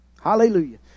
Hallelujah